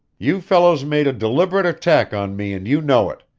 you fellows made a deliberate attack on me and you know it.